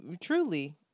Truly